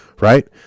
right